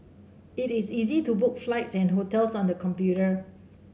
it is easy to book flights and hotels on the computer